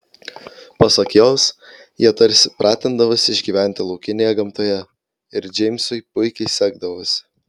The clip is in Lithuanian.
pasak jos jie tarsi pratindavosi išgyventi laukinėje gamtoje ir džeimsui puikiai sekdavosi